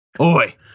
Oi